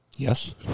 yes